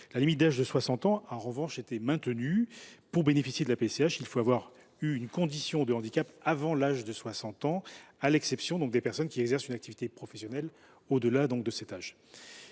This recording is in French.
La limite d’âge, en revanche, a été maintenue. Pour bénéficier de la PCH, il faut avoir eu une condition de handicap avant 60 ans, à l’exception des personnes qui exercent une activité professionnelle au delà de cet âge.